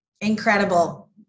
incredible